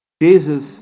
Jesus